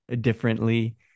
differently